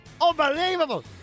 unbelievable